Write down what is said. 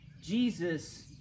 Jesus